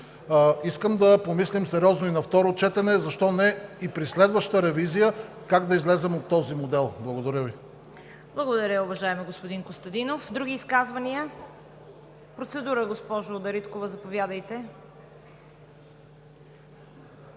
Искам да помислим сериозно и на второ четене, а защо не и при следваща ревизия как да излезем от този модел. Благодаря Ви. ПРЕДСЕДАТЕЛ ЦВЕТА КАРАЯНЧЕВА: Благодаря, уважаеми господин Костадинов. Други изказвания? Процедура – госпожо Дариткова, заповядайте.